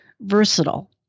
versatile